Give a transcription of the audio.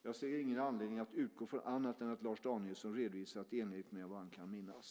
Jag ser ingen anledning att utgå från annat än att Lars Danielsson redovisat i enlighet med vad han kan minnas.